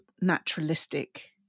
naturalistic